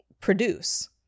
produce